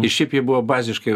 ir šiaip jie buvo baziškai